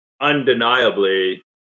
undeniably